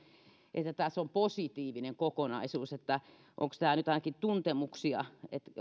että tämä on positiivinen kokonaisuus vai ovatko nämä nyt vain tuntemuksia